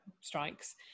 strikes